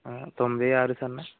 తొమ్మిది ఆరు సున్నా